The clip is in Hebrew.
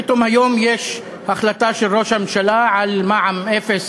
פתאום היום יש החלטה של ראש הממשלה על מע"מ אפס